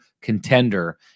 contender